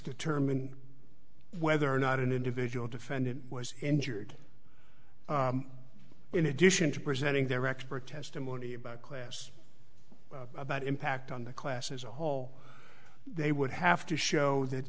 determine whether or not an individual defendant was injured in addition to presenting their expert testimony about class about impact on the class as a whole they would have to show that